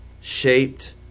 shaped